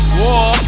war